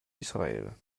israel